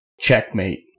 checkmate